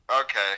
okay